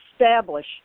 establish